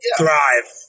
thrive